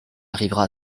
arrivera